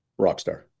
Rockstar